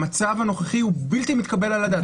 המצב הנוכחי הוא בלתי מתקבל על הדעת.